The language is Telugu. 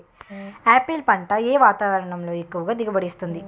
ఆపిల్ పంట ఏ వాతావరణంలో ఎక్కువ దిగుబడి ఇస్తుంది?